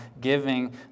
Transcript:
giving